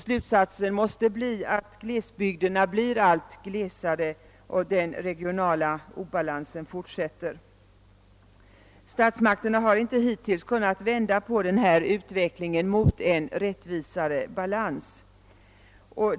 Slutsatsen måste vara att glesbygderna blir allt glesare och att den regionala obalansen fortsätter. Statsmakterna har hittills inte kunnat vända på denna utveckling mot en rättvisare balans.